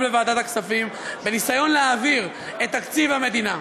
לוועדת הכספים בניסיון להעביר את תקציב המדינה.